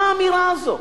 מה האמירה הזאת,